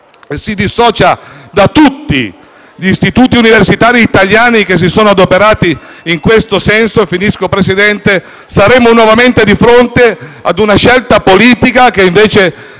europeo e da tutti gli istituti universitari italiani che si sono adoperati in questo senso saremmo nuovamente di fronte ad una scelta politica, che invece